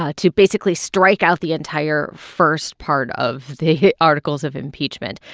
ah to basically strike out the entire first part of the articles of impeachment.